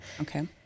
Okay